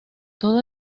todo